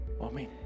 Amen